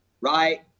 right